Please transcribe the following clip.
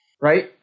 Right